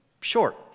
short